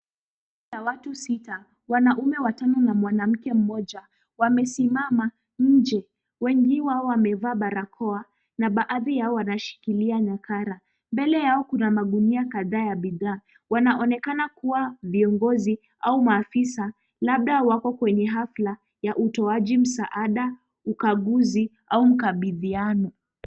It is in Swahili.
Kundi la watu sita, wanaume watano na mwanamke mmoja, wamesimama nje. Wengi wao wamevaa barakoa, na baadhi yao wanashikilia nakala. Mbele yao kuna magunia kadhaa ya bidhaa. Wanaonekana kuwa viongozi, au maafisa. Labda wako kwenye hafla ya utoaji msaada, ukaguzi, au mkabidhiano.